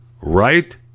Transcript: Right